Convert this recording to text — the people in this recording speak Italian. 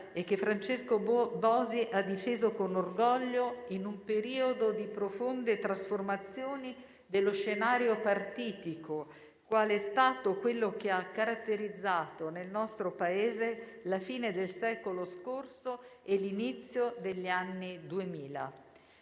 e che ha difeso con orgoglio in un periodo di profonde trasformazioni dello scenario partitico, qual è stato quello che ha caratterizzato, nel nostro Paese, la fine del secolo scorso e l'inizio degli anni 2000.